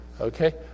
okay